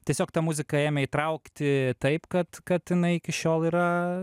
tiesiog ta muzika ėmė įtraukti taip kad kad jinai iki šiol yra